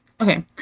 Okay